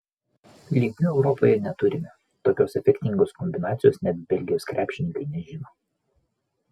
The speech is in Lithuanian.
lygių europoje neturime tokios efektingos kombinacijos net belgijos krepšininkai nežino